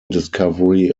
discovery